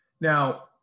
Now